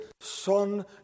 son